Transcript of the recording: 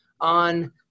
on